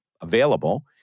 available